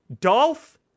Dolph